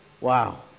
Wow